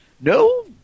No